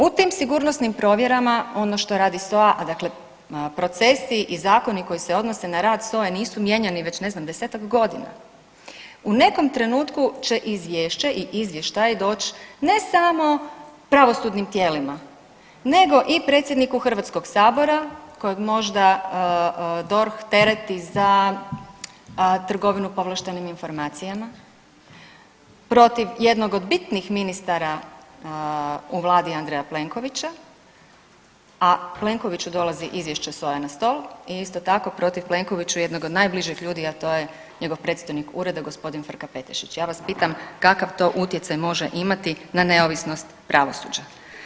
U tim sigurnosnim provjerama ono što radi SOA, dakle procesi i zakoni koji se odnose na rad SOA-e nisu mijenjani već ne znam 10-tak godina, u nekom trenutku će izvješće i izvještaj doći ne samo pravosudnim tijelima nego i predsjedniku Hrvatskog sabora kojeg možda DORH tereti za trgovinu povlaštenim informacijama, protiv jednog od bitnih ministara u vladi Andreja Plenkovića, a Plenkoviću dolazi izvješće SOA-e na stol i isto tako protiv Plenkoviću jednog od najbližih ljudi, a to je njegov predstojnik ureda gospodin Frka Petešić, ja vas pitam kakav to utjecaj može imati na neovisnost pravosuđa.